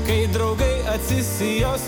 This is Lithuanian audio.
kai draugai atsisijos